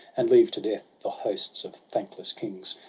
and leave to death the hosts of thankless kings,